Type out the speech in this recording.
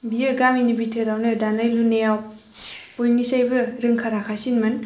बियो गामिनि बिथोरावनो दानाय लुनायाव बयनिसायबो रोंखा राखासिनमोन